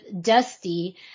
Dusty